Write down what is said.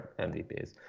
MVPs